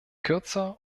kürzer